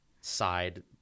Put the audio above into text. side